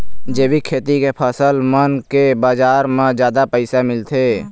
जैविक खेती के फसल मन के बाजार म जादा पैसा मिलथे